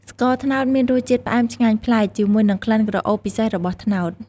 ស្ករត្នោតមានរសជាតិផ្អែមឆ្ងាញ់ប្លែក ជាមួយនឹងក្លិនក្រអូបពិសេសរបស់ត្នោត។